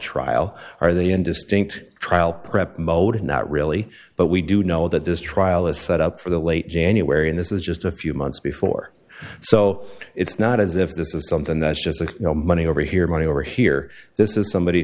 trial or the indistinct trial prep mode not really but we do know that this trial is set up for the late january and this is just a few months before so it's not as if this is something that's just like you know money over here money over here this is somebody